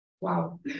Wow